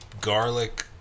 garlic